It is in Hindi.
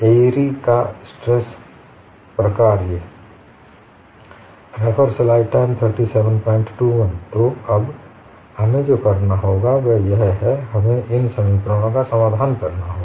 एअरी का stress function Airy's stress function तो अब हमें जो करना होगा वह यह है हमें इन समीकरण का समाधान करना होगा